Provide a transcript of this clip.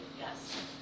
yes